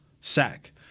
sack